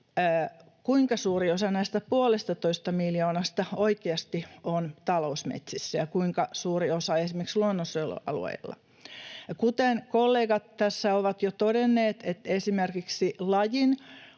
kuinka suuri osa tästä puolestatoista miljoonasta oikeasti on talousmetsissä ja kuinka suuri osa esimerkiksi luonnonsuojelualueilla. No, kuten kollegat tässä ovat jo todenneet, esimerkiksi lajin